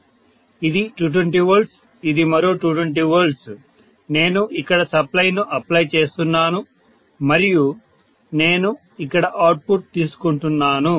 కాబట్టి ఇది 220 V ఇది మరో 220 V నేను ఇక్కడ సప్లై ను అప్లై చేస్తున్నాను మరియు నేను ఇక్కడ అవుట్పుట్ తీసుకుంటున్నాను